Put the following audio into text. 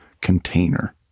container